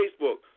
Facebook